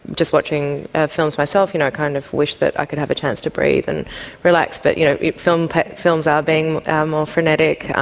just watching films myself, you know i kind of wish that i could have a chance to breathe and relax, but you know films films are being more frenetic,